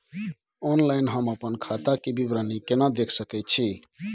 Online हम अपन खाता के विवरणी केना देख सकै छी?